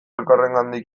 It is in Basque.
elkarrengandik